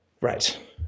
Right